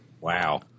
Wow